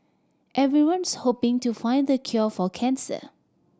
everyone's hoping to find the cure for cancer